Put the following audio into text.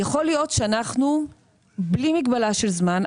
יכול להיות שאנחנו בלי מגבלה של זמן,